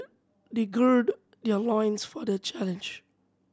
they gird their loins for the challenge